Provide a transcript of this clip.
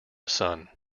son